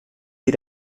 sie